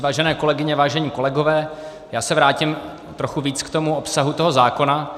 Vážené kolegyně, vážení kolegové, já se vrátím trochu víc k obsahu toho zákona.